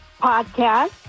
podcast